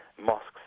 mosques